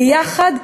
ביחד,